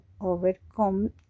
overcome